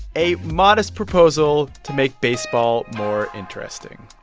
a modest proposal to make baseball more interesting